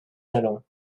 allant